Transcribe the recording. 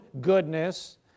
goodness